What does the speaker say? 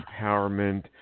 empowerment